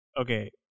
okay